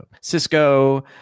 Cisco